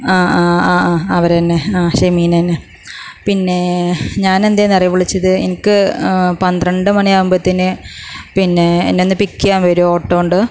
ആ ആ ആ അവര് തന്നെ ആ ഷെമീന തന്നെ പിന്നെ ഞാൻ എന്തേ എന്നറിയുമോ വിളിച്ചത് എനിക്ക് പന്ത്രണ്ട് മണിയാവുമ്പത്തിന് പിന്നെ എന്നെ ഒന്ന് പിക്ക് ചെയ്യാൻ വരുമോ ഓട്ടോ കൊണ്ട്